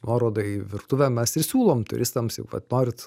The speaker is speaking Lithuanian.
nuorodą į virtuvę mes ir siūlom turistams jei vat norit